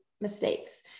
mistakes